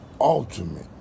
ultimate